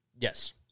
Yes